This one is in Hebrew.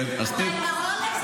אתה עם הרולקס עכשיו?